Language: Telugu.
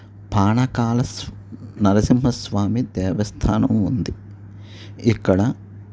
పానకాల నరసింహస్వామి దేవస్థానం ఉంది ఇక్కడ